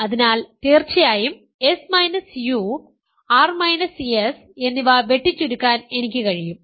അതിനാൽ തീർച്ചയായും s u r s എന്നിവ വെട്ടിച്ചുരുക്കാൻ എനിക്ക് കഴിയും